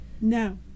no